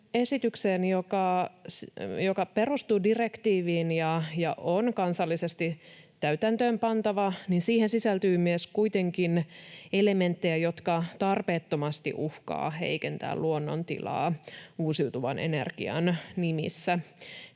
esitykseen, joka perustuu direktiiviin ja on kansallisesti täytäntöön pantava, sisältyy kuitenkin myös elementtejä, jotka tarpeettomasti uhkaavat heikentää luonnon tilaa uusiutuvan energian nimissä.